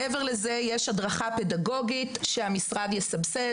מעבר לזה יש הדרכה פדגוגית שהמשרד יסבסד